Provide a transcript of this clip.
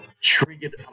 triggered